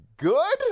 good